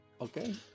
Okay